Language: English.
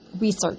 research